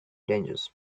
dangerous